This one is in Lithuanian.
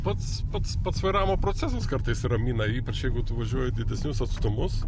pats pats pats vairavimo procesas kartais ramina ypač jeigu tu važiuoji didesnius atstumus